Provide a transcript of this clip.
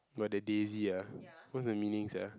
what the daisy ah what's the meaning sia